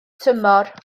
tymor